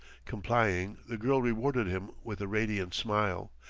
complying, the girl rewarded him with a radiant smile.